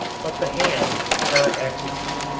but the hand cannot execute.